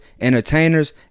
entertainers